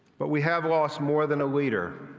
but we have lost more than a leader.